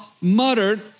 muttered